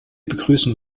begrüßen